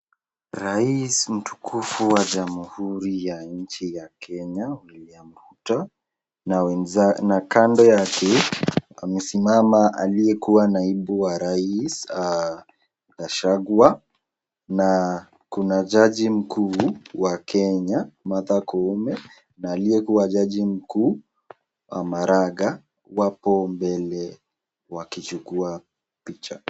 Rais mtukufu wa jamhuri ya nchi ya Kenya, William Ruto na kando yake amesimama aliyekuwa naibu wa rais, Gachagua na kuna jaji mkuu wa Kenya. Martha Koome na aliyekuwa jaji mkuu, Maraga wapo mbele wakichukua picha.